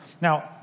Now